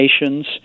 Nations